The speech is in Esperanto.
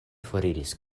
foriris